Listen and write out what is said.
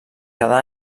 cada